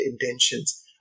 intentions